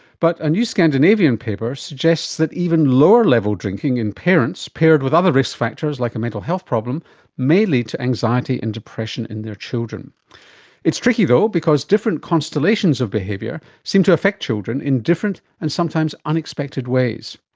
but a new scandinavian paper suggests that even lower level drinking in parents paired with other risk factors like a mental health problem may lead to anxiety and depression in their children it's tricky though because different constellations of behaviour seem to affect children in different and sometimes unexpected ways.